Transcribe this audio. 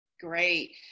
Great